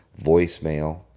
voicemail